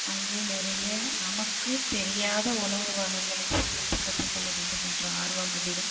அங்கு நிறைய நமக்கு தெரியாத உணவு வகைகளை சமைத்து கற்றுக்கொள்ள வேண்டும் என்ற ஆர்வம் அதிகம்